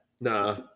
Nah